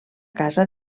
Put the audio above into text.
casa